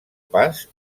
pas